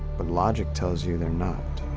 but, logic tells you they're not.